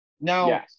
Now